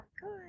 good